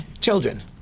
children